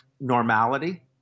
normality